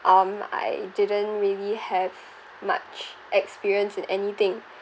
um I didn't really have much experience in anything